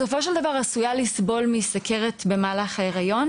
בסופו של דבר עלולה לסבול מסוכרת במהלך ההיריון